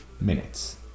minutes